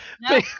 No